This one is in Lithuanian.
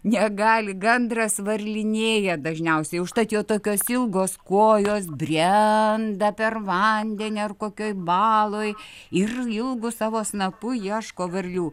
negali gandras varlinėja dažniausiai užtat jo tokios ilgos kojos brenda per vandenį ar kokioj baloj ir ilgu savo snapu ieško varlių